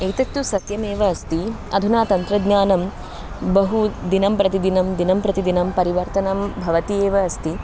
एतत्तु सत्यमेव अस्ति अधुना तन्त्रज्ञानं बहु दिनं प्रतिदिनं दिनं प्रतिदिनं परिवर्तनं भवति एव अस्ति